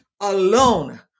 alone